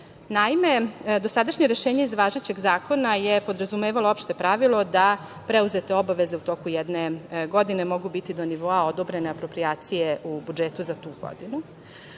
Naime, dosadašnje rešenje iz važećeg zakona je podrazumevalo opšte pravilo da preuzete obaveze u toku jedne godine mogu biti do nivoa odobrene aproprijacije u budžetu za tu godinu. Ovo